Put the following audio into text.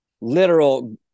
literal